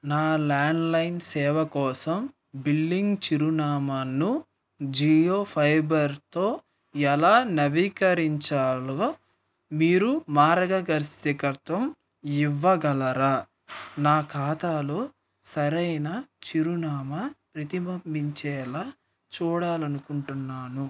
నా ల్యాండ్లైన్ సేవ కోసం బిల్లింగ్ చిరునామాను జియో ఫైబర్తో ఎలా నవీకరించాలో మీరు మార్గదర్శకత్వం ఇవ్వగలరా నా ఖాతాలో సరైన చిరునామా ప్రతిబంబించేలా చూడాలి అనుకుంటున్నాను